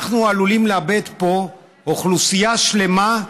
אנחנו עלולים לאבד פה אוכלוסייה שלמה,